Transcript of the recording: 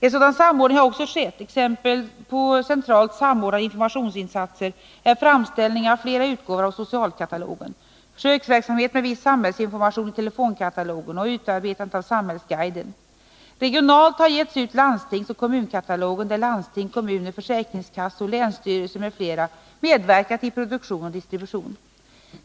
En sådan samordning har också skett. Exempel på centralt samordnade informationsinsatser är framställningen av flera utgåvor av Socialkatalogen, försöksverksamheten med viss samhällsinformation i telefonkatalogen och utarbetandet av Samhällsguiden. Regionalt har getts ut landstingsoch kommunkatalogen, där landsting, kommuner, försäkringskassor, länsstyrelser m.fl. medverkat i produktion och distribution.